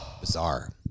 bizarre